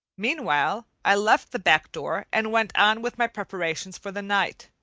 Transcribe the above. meanwhile i left the back door and went on with my preparations for the night.